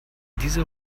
dieser